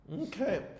Okay